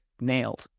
nailed